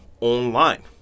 online